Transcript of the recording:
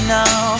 now